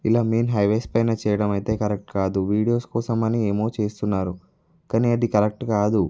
ఇలా main highways పైన చేయడం అయితే కరెక్ట్ కాదు వీడియోస్ కోసం అని ఏమో చేస్తున్నారు కానీ అది కరెక్ట్ కాదు